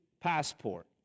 passport